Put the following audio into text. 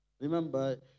Remember